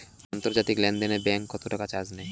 আন্তর্জাতিক লেনদেনে ব্যাংক কত টাকা চার্জ নেয়?